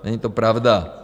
Není to pravda.